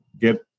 get